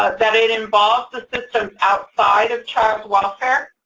but that it involves the systems outside of child welfare.